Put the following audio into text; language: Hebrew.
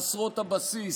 חסרות הבסיס,